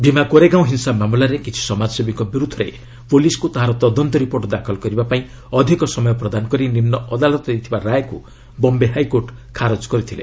ଭୀମା କୋରେଗାଓଁ ହିଂସା ମାମଲାରେ କିଛି ସମାଜସେବୀଙ୍କ ବିରୁଦ୍ଧରେ ପୁଲିସ୍ ତାହାର ତଦନ୍ତ ରିପୋର୍ଟ ଦାଖଲ କରିବାପାଇଁ ଅଧିକ ସମୟ ପ୍ରଦାନ କରି ନିମୁ ଅଦାଲତ ଦେଇଥିବା ରାୟକୁ ବମ୍ବେ ହାଇକୋର୍ଟ ଖାରଜ କରିଦେଇଥିଲେ